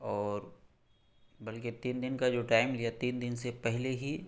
اور بلکہ تین دن کا جو ٹائم تین دن سے پہلے ہی